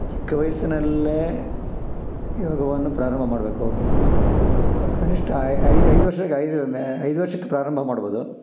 ಚಿಕ್ಕ ವಯಸ್ಸಿನಲ್ಲೇ ಯೋಗವನ್ನು ಪ್ರಾರಂಭ ಮಾಡಬೇಕು ಕನಿಷ್ಠ ಐದು ಐದು ವರ್ಷಕ್ಕೆ ಐದು ಐದು ವರ್ಷಕ್ಕೆ ಪ್ರಾರಂಭ ಮಾಡ್ಬೋದು